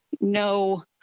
no